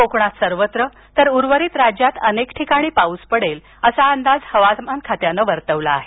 कोकणात सर्वत्र तर उर्वरित राज्यात अनेक ठिकाणी पाउस पडेल असा अंदाज हवामान खात्यान वर्तवला आहे